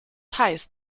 heißt